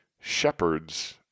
shepherds